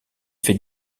fait